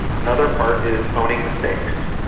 another part is owning mistakes,